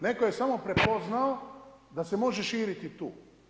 Netko je samo prepoznao da se može širiti tu.